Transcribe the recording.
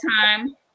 time